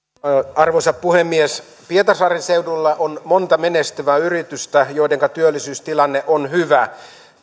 arvoisa puhemies pietarsaaren seudulla on monta menestyvää yritystä joidenka työllisyystilanne on hyvä